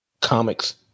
comics